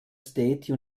state